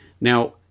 Now